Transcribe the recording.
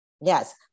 Yes